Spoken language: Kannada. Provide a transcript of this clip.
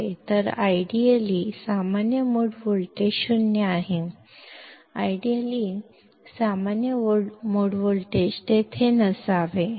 ಆದ್ದರಿಂದ ಆದರ್ಶಪ್ರಾಯವಾಗಿ ಕಾಮನ್ ಮೋಡ್ ವೋಲ್ಟೇಜ್ 0 ಆಗಿದೆ ಆದರ್ಶಪ್ರಾಯವಾಗಿ ಕಾಮನ್ ಮೋಡ್ ವೋಲ್ಟೇಜ್ ಇರಬಾರದು